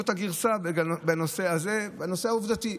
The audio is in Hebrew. זאת הגרסה בנושא הזה, בנושא העובדתי.